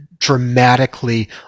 dramatically